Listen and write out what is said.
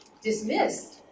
dismissed